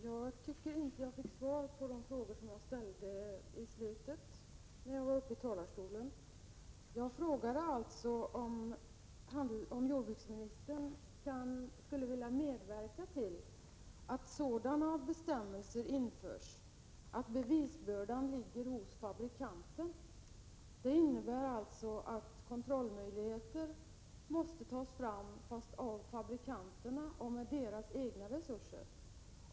Herr talman! Jag fick inte svar på de frågor jag ställde i slutet av mitt förra inlägg. Jag frågade om jordbruksministern skulle vilja medverka till att sådana bestämmelser införs att bevisbördan ligger hos fabrikanten. Det skulle innebära att kontrollmöjligheter togs fram, men av fabrikanterna, som får betala med sina egna resurser.